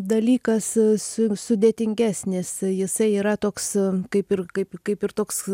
dalykas sudėtingesnis jisai yra toks kaip ir kaip kaip ir toks